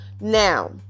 Now